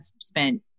spent